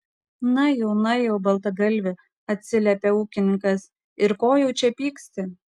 na jau na jau baltagalvi atsiliepė ūkininkas ir ko jau čia pyksti